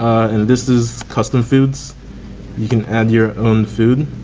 and this is custom foods you can add your own food.